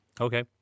Okay